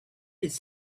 his